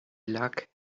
luck